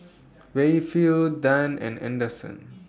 Rayfield Dann and Anderson